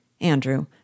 Andrew